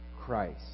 Christ